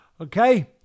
okay